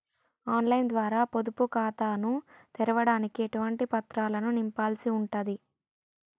On line ద్వారా పొదుపు ఖాతాను తెరవడానికి ఎటువంటి పత్రాలను నింపాల్సి ఉంటది?